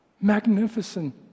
magnificent